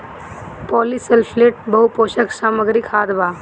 polysulphate बहुपोषक सामग्री खाद बा